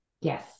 Yes